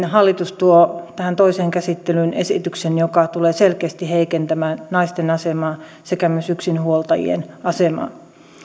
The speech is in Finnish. hallitus tuo tähän toiseen käsittelyyn esityksen joka tulee selkeästi heikentämään naisten asemaa sekä yksinhuoltajien asemaa